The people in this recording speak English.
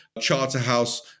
Charterhouse